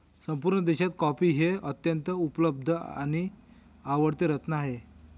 संपूर्ण देशात कॉफी हे अत्यंत उपलब्ध आणि आवडते रत्न आहे